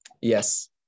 Yes